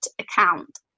account